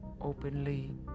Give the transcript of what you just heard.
openly